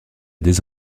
des